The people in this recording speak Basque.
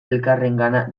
elkarrengana